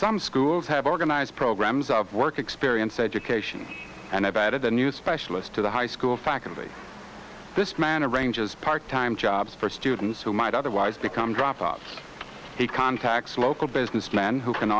some schools have organized programs of work experience education and i've added a new specialist to the high school faculty this man arranges part time jobs for students who might otherwise become drop off he contacts local businessmen who can